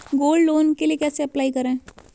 Gold loan के लिए कैसे अप्लाई करें?